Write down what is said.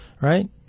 right